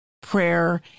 prayer